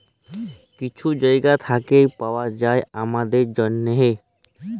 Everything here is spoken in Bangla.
কিছু জায়গা থ্যাইকে পাউয়া যায় আমাদের জ্যনহে